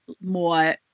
more